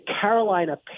Carolina